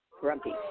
grumpy